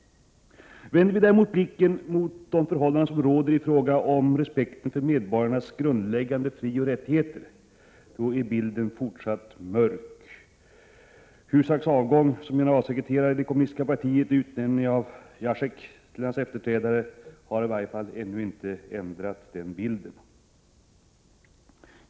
Vänder vi däremot blicken mot de förhållanden som råder i fråga om respekten för medborgarnas grundläggande frioch rättigheter, är bilden fortfarande mörk. Husaks avgång som generalsekreterare i det kommunistiska partiet och utnämningen av Jakec till hans efterträdare har i varje fall inte ännu ändrat den bilden.